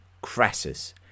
Crassus